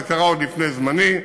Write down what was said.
זה קרה עוד לפני זמני,